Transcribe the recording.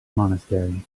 monastery